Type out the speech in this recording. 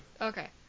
Okay